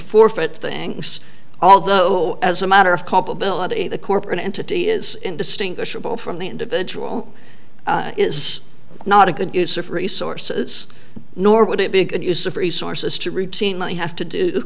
forfeit things although as a matter of culpability the corporate entity is indistinguishable from the individual is not a good use of resources nor would it be a good use of resources to routinely have to do